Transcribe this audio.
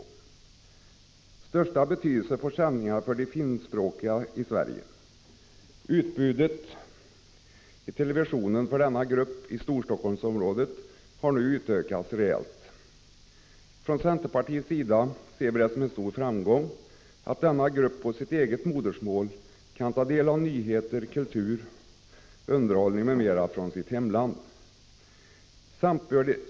Störst betydelse får sändningarna för de finskspråkiga i Sverige. Utbudet i televisionen för denna grupp i Storstockholmsområdet kan nu utökas rejält. Från centerpartiets sida ser vi det som en stor framgång att denna grupp på sitt eget modersmål kan ta del av nyheter, kultur, underhållning m.m. från sitt hemland.